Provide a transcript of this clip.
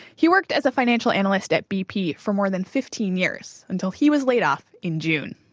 he worked as a financial analyst at bp for more than fifteen years, until he was laid off in june.